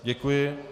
Děkuji.